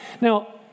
Now